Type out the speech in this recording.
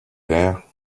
here